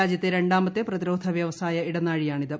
രാജ്യത്തെ രണ്ടാമത്തെ പ്രതിരോധ വ്യവസായ ഇടനാഴിയാണിത്